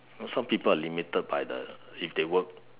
know some people are limited by the if they work